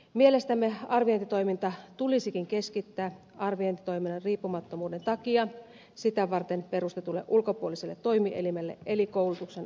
mielestämme arviointitoiminta tulisikin keskittää arviointitoiminnan riippumattomuuden takia sitä varten perustetulle ulkopuoliselle toimielimelle eli koulutuksen arviointineuvostolle